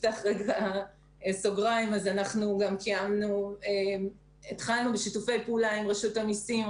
אנחנו התחלנו בשיתופי פעולה עם רשות המיסים,